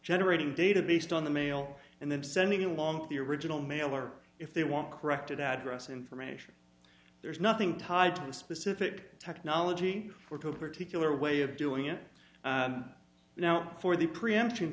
generating data based on the mail and then sending along with the original mail or if they want corrected address information there's nothing tied to a specific technology or to a particular way of doing it now for the preemption